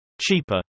Cheaper